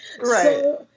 Right